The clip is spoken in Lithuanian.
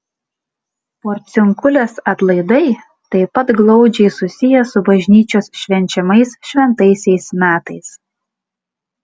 porciunkulės atlaidai taip pat glaudžiai susiję su bažnyčios švenčiamais šventaisiais metais